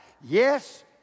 Yes